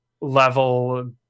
level